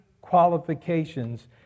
qualifications